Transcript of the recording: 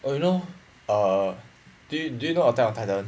oh you know err do y~ do you know attack on titan